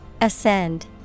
Ascend